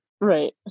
Right